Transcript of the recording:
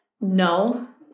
No